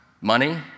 money